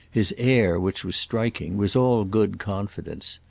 his air, which was striking, was all good confidence.